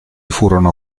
furono